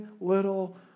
little